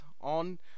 on